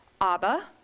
Abba